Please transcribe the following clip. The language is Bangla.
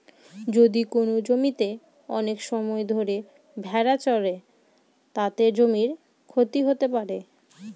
যদি কোনো জমিতে অনেক সময় ধরে ভেড়া চড়ে, তাতে জমির ক্ষতি হতে পারে